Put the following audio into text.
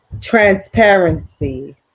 Transparency